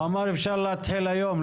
הוא אמר אפשר להתחיל היום.